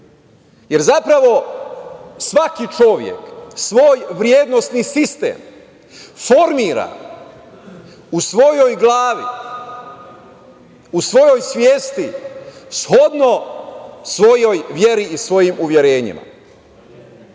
jer zapravo svaki čovek svoj vrednosni sistem formira u svojoj glavi, u svojoj svesti shodno svojoj veri i svojim uverenjima. Šta